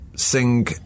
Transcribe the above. sing